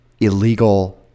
illegal